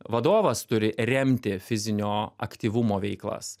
vadovas turi remti fizinio aktyvumo veiklas